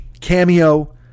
Cameo